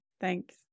Thanks